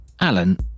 Alan